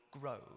grow